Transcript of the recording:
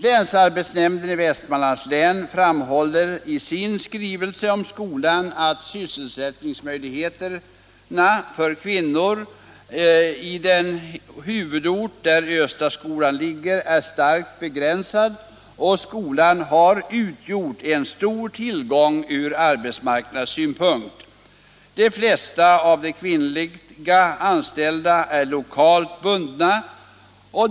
Länsarbetsnämnden i Västmanland framhåller i sin skrivelse om skolan att sysselsättningsmöjligheterna för kvinnor inom den huvudort där Östaskolan ligger är starkt begränsade och att skolan har utgjort en stor tillgång ur arbetsmarknadssynpunkt. De flesta av de kvinnliga anställda är lokalt bundna.